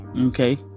Okay